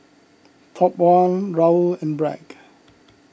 Top one Raoul and Bragg